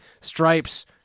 Stripes